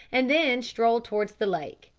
and then strolled towards the lake.